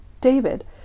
David